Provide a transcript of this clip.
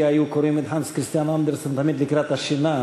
כי לי היו קוראים את הנס כריסטיאן אנדרסן תמיד לקראת השינה,